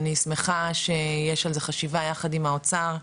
אני שמחה שיש על זה חשיבה יחד עם האוצר,